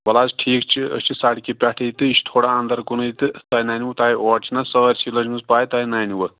وَلہٕ حظ ٹھیٖک چھُ أسۍ چھِ سَڑکہِ پٮ۪ٹھٕے تہٕ یہِ چھِ تھوڑا اَندَر کُنٕے تہٕ تۄہہِ نَنِوٕ تۄہہِ اور چھِنہٕ سٲرسی لٔجمٕژ پَے تۄہہِ نَنِوٕ